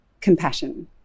compassion